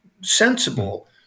sensible